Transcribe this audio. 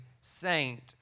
saint